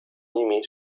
nimi